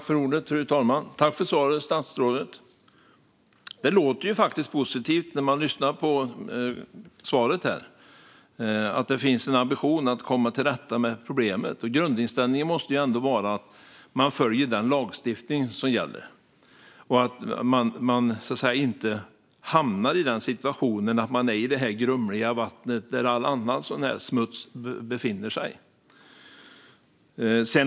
Fru talman! Jag tackar statsrådet för svaret. Det låter faktiskt positivt och som att det finns en ambition att komma till rätta med problemet. Grundinställningen måste ju ändå vara att man följer den lagstiftning som gäller och att man inte hamnar i en situation där man är i det grumliga vatten som all annan sådan här smuts befinner sig i.